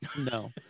no